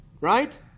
right